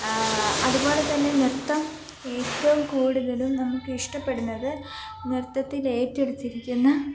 അതുപോലെ തന്നെ നൃത്തം ഏറ്റവും കൂടുതലും നമുക്ക് ഇഷ്ടപ്പെടുന്നത് നൃത്തത്തിൽ ഏറ്റെടുത്തിരിക്കുന്ന